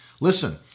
Listen